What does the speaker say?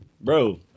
bro